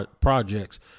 projects